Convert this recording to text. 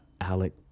Alec